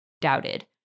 doubted